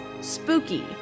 spooky